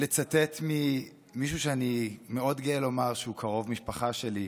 לצטט ממישהו שאני מאוד גאה לומר שהוא קרוב משפחה שלי,